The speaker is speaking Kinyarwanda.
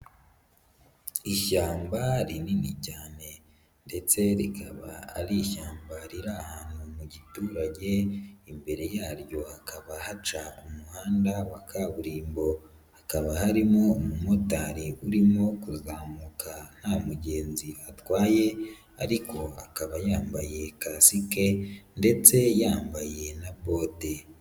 Ishyamba rinini cyane ndetse rikaba ari ishyamba riri ahantu mu giturage, imbere yaryo hakaba haca umuhanda wa kaburimbo, hakaba harimo umumotari urimo kuzamuka nta mugenzi atwaye ariko akaba yambaye kasike ndetse yambaye na bode.